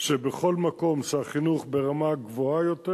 שבכל מקום שבו החינוך ברמה גבוהה יותר,